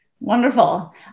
Wonderful